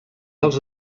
els